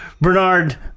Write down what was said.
Bernard